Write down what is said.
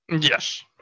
Yes